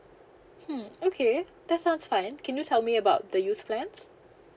hmm okay that sounds fine can you tell me about the youth plans